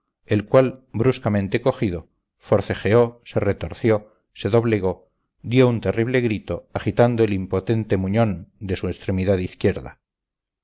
el cual bruscamente cogido forcejeó se retorció se doblegó dio un terrible grito agitando el impotente muñón de su extremidad izquierda